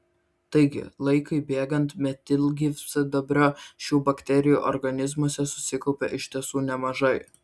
taigi laikui bėgant metilgyvsidabrio šių bakterijų organizmuose susikaupia iš tiesų nemažai